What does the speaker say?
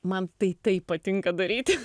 man tai taip patinka daryti